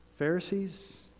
Pharisees